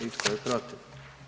I tko je protiv?